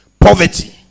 poverty